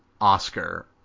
Oscar